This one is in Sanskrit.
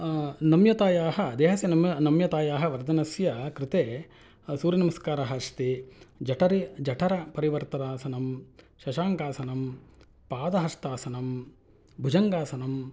नम्यतायाः देहस्य नम्यतायाः वर्धनस्य कृते सूर्यनमस्कारः अस्ति जठरे जठरपरिवर्तनासनम् शशांकासनम् पादहस्तासनम् भुजंगासनम्